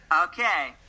Okay